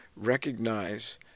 recognize